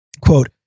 quote